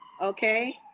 okay